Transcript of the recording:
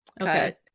Okay